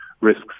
risks